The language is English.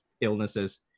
illnesses